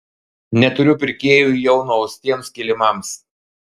neturiu pirkėjų jau nuaustiems kilimams